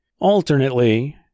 Alternately